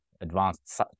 advanced